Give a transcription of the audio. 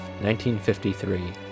1953